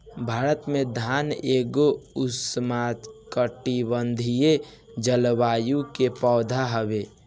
भारत में धान एगो उष्णकटिबंधीय जलवायु के पौधा हवे